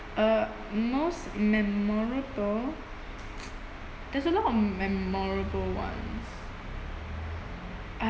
uh most memorable there's a lot of memorable ones